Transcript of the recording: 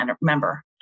member